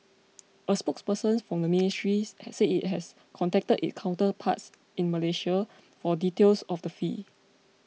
a spokesperson from the ministries said it has contacted its counterparts in Malaysia for details of the fee